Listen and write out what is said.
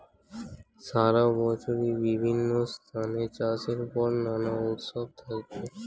সারা বছরই বিভিন্ন স্থানে চাষের পর নানা উৎসব থাকে